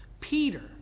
Peter